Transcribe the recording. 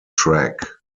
track